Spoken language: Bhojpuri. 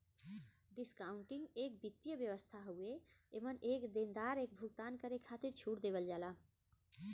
डिस्काउंटिंग एक वित्तीय व्यवस्था हउवे एमन एक देनदार एक भुगतान करे खातिर छूट देवल जाला